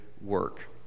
work